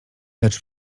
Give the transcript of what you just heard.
lecz